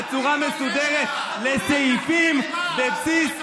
בצורה מסודרת לסעיפים בבסיס התקציב.